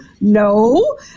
no